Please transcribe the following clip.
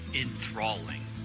enthralling